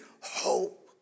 hope